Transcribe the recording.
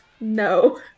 No